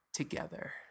Together